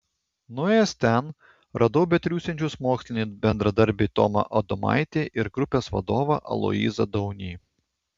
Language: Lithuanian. nuėjęs ten radau betriūsiančius mokslinį bendradarbį tomą adomaitį ir grupės vadovą aloyzą daunį